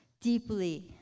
deeply